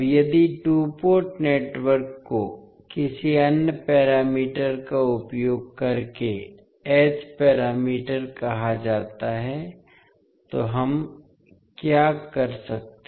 अब यदि two port network को किसी अन्य पैरामीटर का उपयोग करके एच पैरामीटर कहा जाता है तो हम क्या कर सकते हैं